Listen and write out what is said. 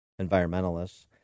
environmentalists